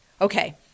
Okay